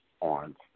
on